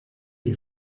chi